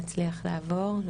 (שקף: